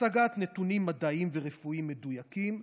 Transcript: הצגת נתונים מדעיים ורפואיים מדויקים,